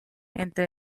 entre